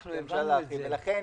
לכן,